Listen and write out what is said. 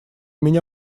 меня